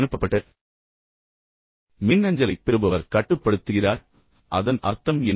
அனுப்பப்பட்ட மின்னஞ்சலை பெறுபவர் கட்டுப்படுத்துகிறார் அதன் அர்த்தம் என்ன